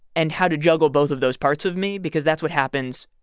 and how to juggle both of those parts of me because that's what happens,